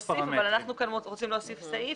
להוסיף אבל אנחנו רוצים להוסיף כאן סעיף